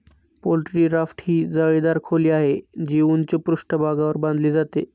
poultry राफ्ट ही जाळीदार खोली आहे, जी उंच पृष्ठभागावर बांधली जाते